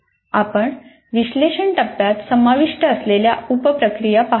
आपण विश्लेषण टप्प्यात समाविष्ट असलेल्या उप प्रक्रिया पाहत आहोत